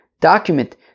document